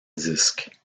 disques